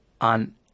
on